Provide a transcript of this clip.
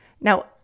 Now